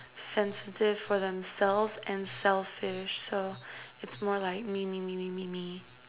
sensitive for themselves and selfish so it's more like me me me me me me